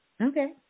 Okay